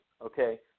Okay